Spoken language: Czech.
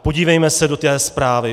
Podívejme se do té zprávy.